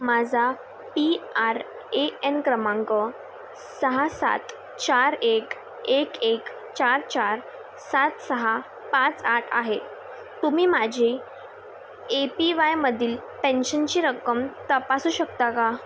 माझा P R A N क्रमांक सहा सात चार एक एक एक चार चार सात सहा पाच आठ आहे तुम्ही माझे ए पी वायमधील पेन्शनची रक्कम तपासू शकता का